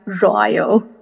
royal